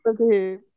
Okay